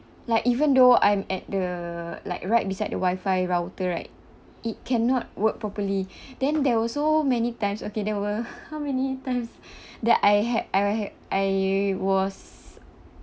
like even though I am at the like right beside the wifi router right it cannot work properly then there were so many times okay there were how many times that I had I had I was